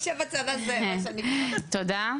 תודה.